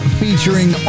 featuring